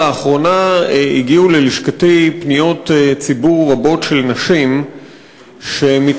לאחרונה הגיעו ללשכתי פניות ציבור רבות מנשים שמתלוננות